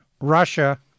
Russia